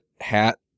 hat